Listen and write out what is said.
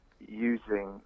using